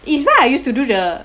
is where I used to do the